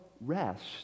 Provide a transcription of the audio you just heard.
Rest